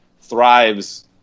thrives